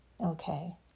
okay